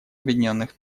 объединенных